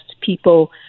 people